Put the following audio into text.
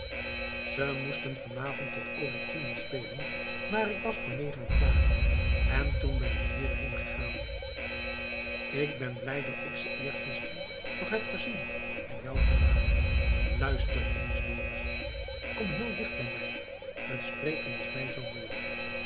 ze moesten van avond tot over tienen spelen maar ik was voor negenen klaar en toen ben ik hierheen gegaan ik ben blij dat ik ze eergisteren nog heb gezien en jou vandaag luister eens dorus kom heel dicht bij mij t spreken is mij zoo moeielijk